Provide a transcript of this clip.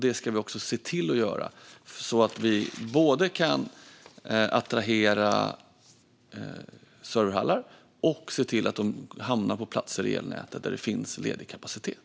Det ska vi också se till att göra så att vi både kan attrahera serverhallar och se till att de hamnar på platser i elnätet där det finns ledig kapacitet.